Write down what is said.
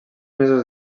mesos